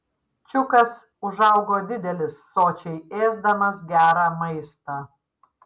čiukas užaugo didelis sočiai ėsdamas gerą maistą